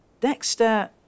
Dexter